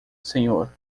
senhor